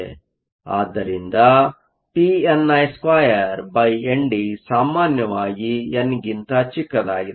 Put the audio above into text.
ಆದ್ದರಿಂದ pni2ND ಸಾಮಾನ್ಯವಾಗಿ ಎನ್ಗಿಂತ ಚಿಕ್ಕದಾಗಿದೆ